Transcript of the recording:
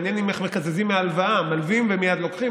מעניין איך מקזזים מהלוואה, מלווים ומייד לוקחים?